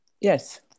Yes